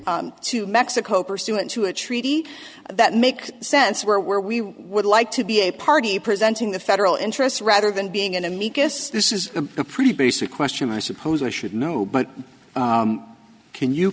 to mexico pursuant to a treaty that makes sense where we would like to be a party presenting the federal interests rather than being an amicus this is a pretty basic question i suppose we should know but can you